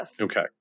Okay